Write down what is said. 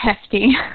hefty